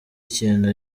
ikintu